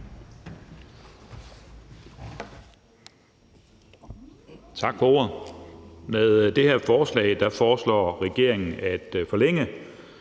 Tak for ordet. Med det her forslag foreslår regeringen at forlænge